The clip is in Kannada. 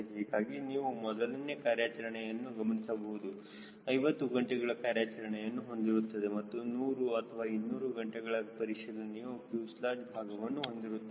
ಹೀಗಾಗಿ ನೀವು ಮೊದಲನೇ ಕಾರ್ಯಾಚರಣೆಯನ್ನು ಗಮನಿಸಬಹುದು 50 ಗಂಟೆಗಳ ಕಾರ್ಯಾಚರಣೆಯನ್ನು ಹೊಂದಿರುತ್ತದೆ ಮತ್ತು 100 ಅಥವಾ 200 ಗಂಟೆಗಳ ಪರಿಶೀಲನೆಯು ಫ್ಯೂಸೆಲಾಜ್ ಭಾಗವನ್ನು ಹೊಂದಿರುತ್ತದೆ